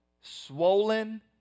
Swollen